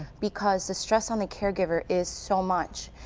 because the stress on the caregiver is so much.